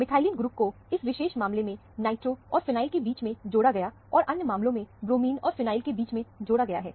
methylene group को इस विशेष मामले में नाइट्रो और फिनाइल के बीच में जोड़ा गया और अन्य मामले में ब्रोमीन और फिनाइल के बीच में जोड़ा गया है